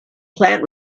plant